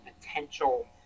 potential